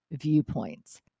viewpoints